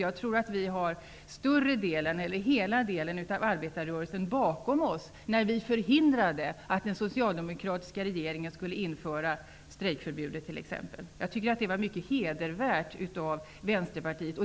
Jag tror att vi hade hela arbetarrörelsen bakom oss när vi förhindrade att den socialdemokratiska regeringen skulle införa strejkförbud. Jag tycker att det var mycket hedervärt av Vänsterpartiet.